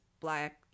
Black